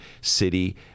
city